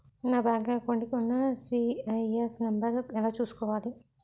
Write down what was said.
నా bank account కి ఉన్న సి.ఐ.ఎఫ్ నంబర్ ఎలా చూసుకోవాలి?